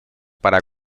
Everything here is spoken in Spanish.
para